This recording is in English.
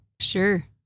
Sure